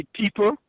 people